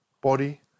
body